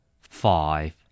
Five